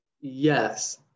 Yes